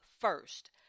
first